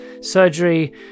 surgery